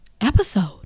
episode